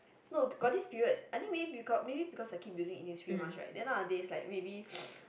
no got this period I think maybe because maybe because I keep using Innisfree mask right then nowadays like maybe